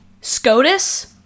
SCOTUS